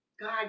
God